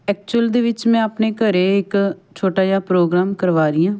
actual ਦੇ ਵਿੱਚ ਮੈਂ ਆਪਣੇ ਘਰ ਇੱਕ ਛੋਟਾ ਜਿਹਾ ਪ੍ਰੋਗਰਾਮ ਕਰਵਾ ਰਹੀ ਹਾਂ